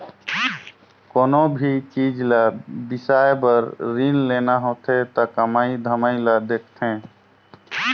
कोनो भी चीच ल बिसाए बर रीन लेना होथे त कमई धमई ल देखथें